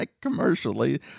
commercially